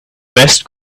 best